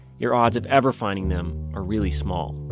your odds of ever finding them are really small